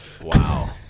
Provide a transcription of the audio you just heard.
wow